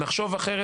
נחשוב אחרת,